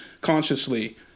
consciously